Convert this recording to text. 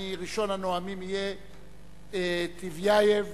ראשון הנואמים יהיה טיבייב,